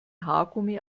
haargummi